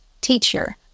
teacher